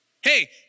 hey